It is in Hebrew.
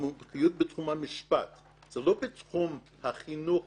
מומחיות בתחום המשפט זה לא בתחום החינוך,